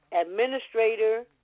administrator